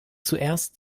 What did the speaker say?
zuerst